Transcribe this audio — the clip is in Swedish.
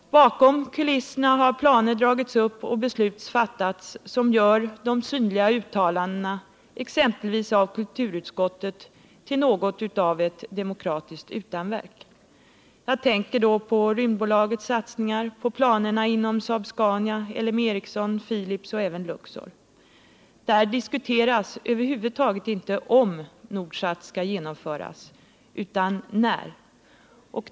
Bakom kulisserna har planer dragits upp och beslut fattats som gör de synliga uttalandena exempelvis av kulturutskottet till något av ett demokratiskt utanverk. Jag tänker då på Rymdbolagets satsningar, på planerna inom Saab-Scania, L M Ericsson, Philips och även Luxor. Där diskuteras över huvud taget inte om Nordsat skall genomföras utan när.